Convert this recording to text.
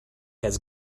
has